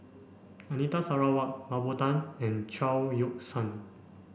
Anita Sarawak Mah Bow Tan and Chao Yoke San